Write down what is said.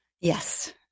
Yes